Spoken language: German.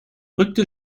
rückte